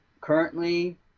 currently